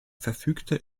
verfügte